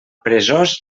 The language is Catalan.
peresós